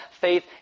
faith